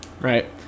right